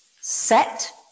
set